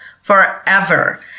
forever